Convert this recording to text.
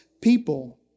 people